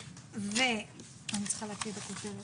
אני רוצה שהיועצת המשפטית תיתן ככה קודם כול